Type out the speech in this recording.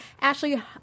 Ashley